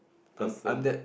person